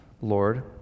Lord